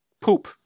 Poop